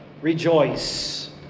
rejoice